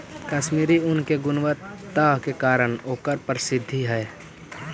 कश्मीरी ऊन के गुणवत्ता के कारण ओकर प्रसिद्धि हइ